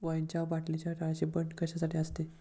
वाईनच्या बाटलीच्या तळाशी बंट कशासाठी असते?